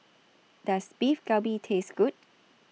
Does Beef Galbi Taste Good